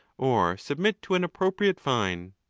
or submit to an appropriate fine.